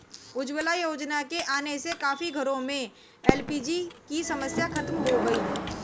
उज्ज्वला योजना के आने से काफी घरों में एल.पी.जी की समस्या खत्म हो गई